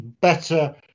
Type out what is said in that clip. better